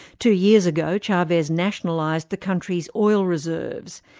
two years ago, chavez nationalised the country's oil reserves.